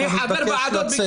בבקשה להוציא אותו מהאולם.